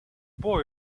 boy